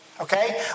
Okay